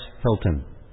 Hilton